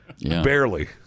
Barely